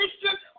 Christian